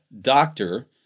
doctor